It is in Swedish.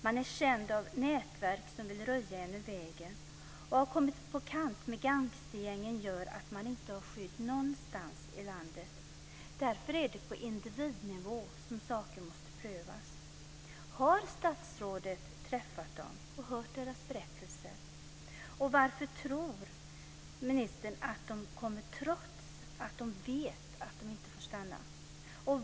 Man är känd av nätverk som vill röja en ur vägen. Att ha kommit på kant med gangstergängen gör att man inte har skydd någonstans i landet. Därför är det på individnivå som saker måste prövas. Har statsrådet träffat dem och hört deras berättelser? Varför tror ministern att de kommer trots att de vet att de inte får stanna?